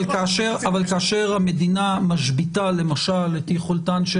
אבל כאשר המדינה משביתה למשל את יכולתן של